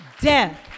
Death